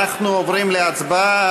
אנחנו עוברים להצבעה,